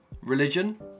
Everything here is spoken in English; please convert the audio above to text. Religion